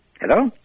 Hello